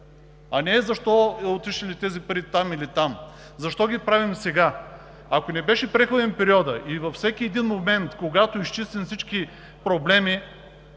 а не защо са отишли тези пари там или там. Защо ги правим сега?! Ако не беше преходен периодът и във всеки един момент, когато изчистим всички проблеми